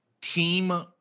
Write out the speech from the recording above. team